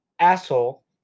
Asshole